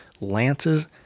lances